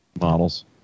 models